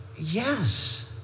yes